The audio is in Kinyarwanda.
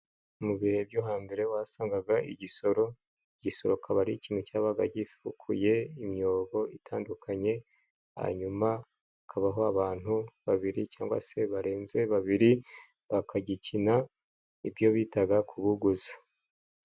Mu bihe byo hambere wasangaga igisoro, igisoro akaba ari ikintu cyabaga gifukuye imyobo itandukanye, hanyuna hakabaho abantu babiri cyangwa se barenze babiri , bakagikina ni byo bitaga "kubuguza".